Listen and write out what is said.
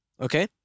okay